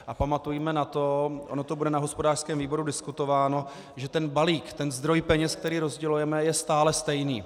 A pamatujme na to, ono to bude na hospodářském výboru diskutováno, že ten balík, ten zdroj peněz, který rozdělujeme, je stále stejný.